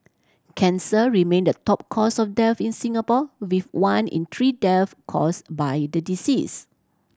cancer remain the top cause of death in Singapore with one in three death caused by the disease